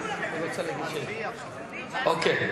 אוקיי,